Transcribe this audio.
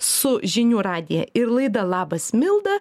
su žinių radija ir laida labas milda